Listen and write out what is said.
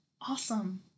Awesome